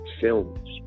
films